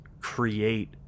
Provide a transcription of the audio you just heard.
create